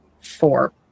four